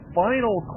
final